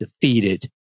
defeated